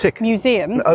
Museum